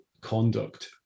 conduct